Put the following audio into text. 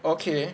okay